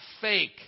fake